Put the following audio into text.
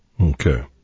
Okay